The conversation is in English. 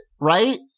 right